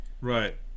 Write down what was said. right